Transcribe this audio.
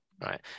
Right